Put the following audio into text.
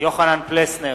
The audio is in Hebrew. יוחנן פלסנר,